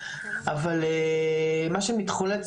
אבל מה שמתחולל,